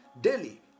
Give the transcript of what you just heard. Daily